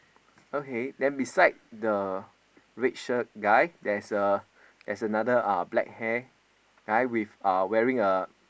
okay then beside the red shirt guy there's a there's another uh black hair guy with uh wearing a